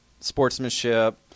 sportsmanship